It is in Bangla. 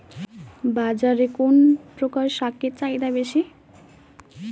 বাজারে কোন প্রকার শাকের চাহিদা বেশী?